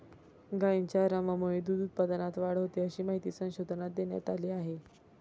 गायींच्या आरामामुळे दूध उत्पादनात वाढ होते, अशी माहिती संशोधनात देण्यात आली आहे